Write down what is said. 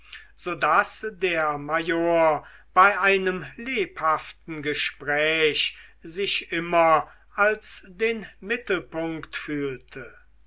so daß der major bei einem lebhaften gespräch sich immer als den mittelpunkt fühlte